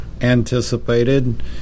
anticipated